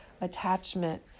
attachment